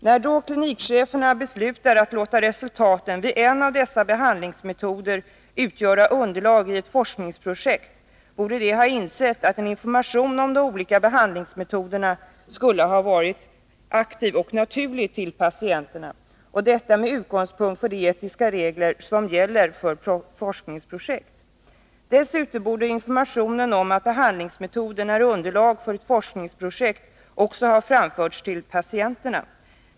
När då klinikchefer beslutar att låta resultaten vid en av dessa behandlingsmetoder utgöra underlag i ett forskningsprojekt borde de ha insett att en information om de olika behandlingsmetoderna skulle ha varit aktiv och naturlig till patienterna. Detta med utgångspunkt från de etiska regler som gäller för forskningsprojekt. Dessutom borde information om att behandlingsmetoden är underlag för ett forskningsprojekt också ha framförts till patienterna.